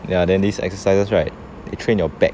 ya then these exercises right they train your back